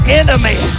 enemy